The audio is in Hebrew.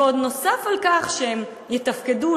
ונוסף על כך שהם יתפקדו,